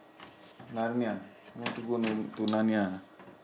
narnia you want to go to narnia